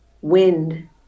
wind